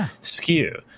skew